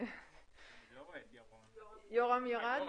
יורם ירד?